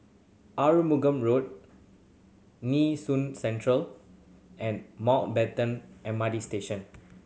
Arumugam Road Nee Soon Central and Mountbatten M R T Station